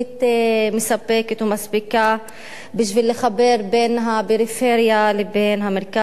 מספקת ומספיקה בשביל לחבר בין הפריפריה לבין המרכז.